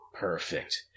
Perfect